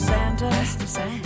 Santa